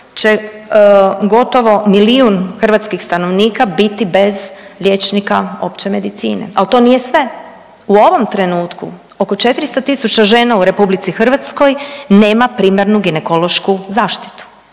će gotovo milijun hrvatskih stanovnika biti bez liječnika opće medicine, al to nije sve. U ovom trenutku oko 400 tisuća žena u RH nema primarnu ginekološku zaštitu,